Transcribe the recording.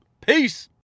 Peace